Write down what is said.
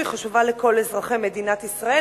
היא חשובה לכל אזרחי מדינת ישראל.